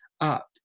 up